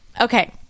Okay